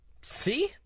See